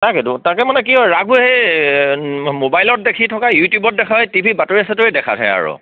তাকেইটো তাকে মানে কি হ'ল ৰাসবোৰ এই ম'বাইলত দেখি থকা ইউটিউবত দেখাই টি ভি বাতৰি চাতৰিয়ে দেখা হে আৰু